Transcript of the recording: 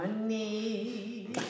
money